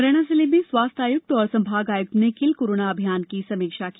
मुरैना जिले में स्वास्थ्य आयुक्त और संभाग आयुक्त ने किल कोरोना अभियान की समीक्षा की